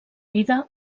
vida